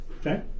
okay